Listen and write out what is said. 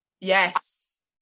Yes